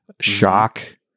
shock